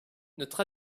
notre